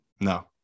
No